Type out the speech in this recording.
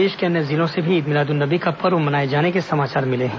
प्रदेश के अन्य जिलों से भी ईद मिलादन्नबी का पर्व मनाए जाने के समाचार मिले हैं